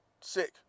sick